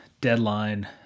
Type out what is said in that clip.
deadline